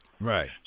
Right